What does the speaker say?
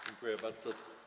Dziękuję bardzo.